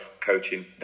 coaching